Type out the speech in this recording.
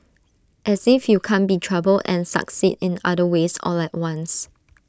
as if you can't be 'troubled' and succeed in other ways all at once